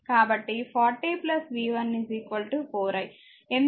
కాబట్టి 40 v 1 4I ఎందుకంటే v 1